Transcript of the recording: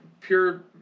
pure